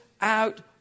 out